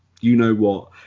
you-know-what